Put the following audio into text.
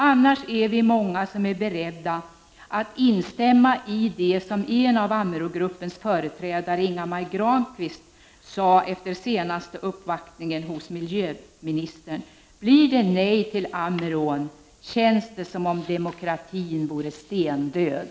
Annars är vi många som är beredda att instämma i det som en av Ammerångruppens företrädare, Inga-Maj Granqvist, sade efter senaste uppvaktningen hos miljöministern, nämligen: Blir det nej till Ammerån känns det som om demokratin vore stendöd.